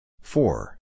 Four